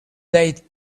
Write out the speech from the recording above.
date